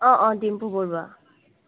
অঁ অঁ ডিম্পু বৰুৱা